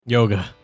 Yoga